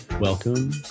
welcome